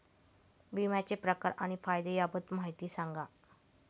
विम्याचे प्रकार आणि फायदे याबाबत माहिती सांगा